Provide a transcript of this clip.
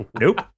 Nope